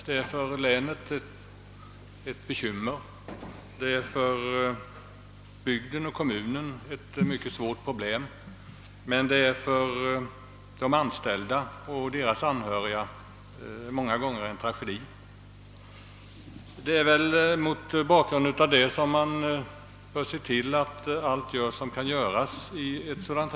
Det är för länet ett bekymmer, det är för bygden och kommunen ett mycket svårt problem och det är för de anställda och deras anhöriga många gånger en tragedi. Det är mot bakgrunden därav som man i ett dylikt fall bör se till att allt göres som göras kan.